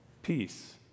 Peace